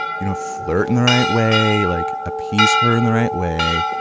you know, flirt in the right way, like appease her in the right way.